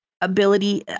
ability